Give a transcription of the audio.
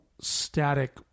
static